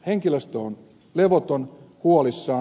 henkilöstö on levoton huolissaan